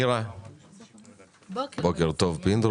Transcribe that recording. אני פותח את ישיבת ועדת הכספים.